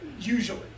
Usually